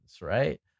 right